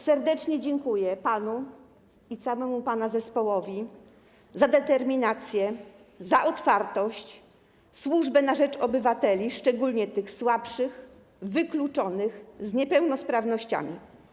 Serdecznie dziękuję panu i całemu pana zespołowi za determinację, za otwartość, służbę na rzecz obywateli, szczególnie tych słabszych, wykluczonych, z niepełnosprawnościami.